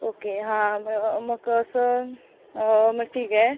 okay हां मग मग कसं मग ठीक आहे